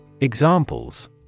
Examples